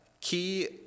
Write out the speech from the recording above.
key